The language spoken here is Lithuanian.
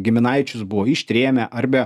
giminaičius buvo ištrėmę ar be